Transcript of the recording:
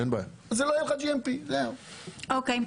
לא יהיה לך GMP. אין בעיה.